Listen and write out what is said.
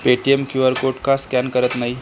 Paytm Q R code का scan करत नाही